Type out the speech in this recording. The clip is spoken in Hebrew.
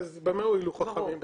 במה הועילו חכמים בתקנתם?